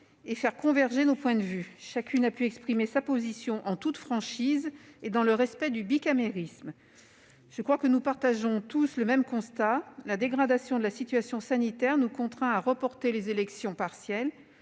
et faire converger nos points de vue. Chacune a pu exprimer sa position en toute franchise et dans le respect du bicamérisme. Je crois que nous partageons tous le même constat : la dégradation de la situation sanitaire nous contraint à reporter les élections partielles.